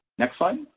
next slide.